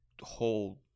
whole